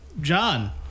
John